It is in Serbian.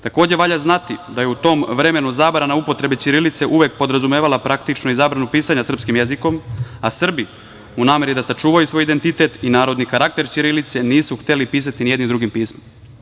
Takođe, valja znati da je u tom vremenu zabrana upotrebe ćirilice uvek podrazumevala praktično i zabranu pisanja srpskim jezikom, a Srbi u nameri da sačuvaju svoj identitet i narodni karakter ćirilice, nisu hteli pisati nijednim drugim pismom.